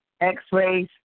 x-rays